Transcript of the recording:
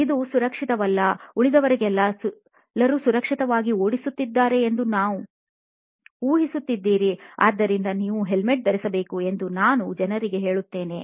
ಇದು ಸುರಕ್ಷಿತವಲ್ಲ ಉಳಿದವರೆಲ್ಲರೂ ಸುರಕ್ಷಿತವಾಗಿ ಓಡಿಸುತ್ತಿದ್ದಾರೆ ಎಂದು ನೀವು ಊಹಿಸುತ್ತಿದ್ದೀರಿ ಆದ್ದರಿಂದ ನೀವು ಹೆಲ್ಮೆಟ್ ಧರಿಸಬೇಕು ಎಂದು ನಾನು ಜನರಿಗೆ ಹೇಳುತ್ತೇನೆ